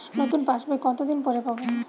নতুন পাশ বই কত দিন পরে পাবো?